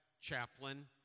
chaplain